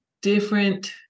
different